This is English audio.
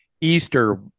Easter